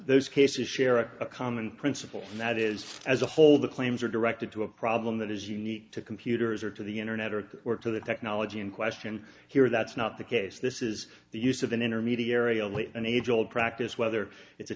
those cases share a common principle and that is as a whole the claims are directed to a problem that is unique to computers or to the internet or or to the technology in question here that's not the case this is the use of an intermediary only an age old practice whether it's a